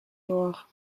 noir